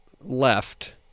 left